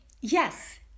Yes